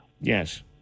Yes